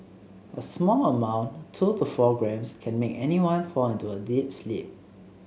a small amount two to four grams can make anyone fall into a deep sleep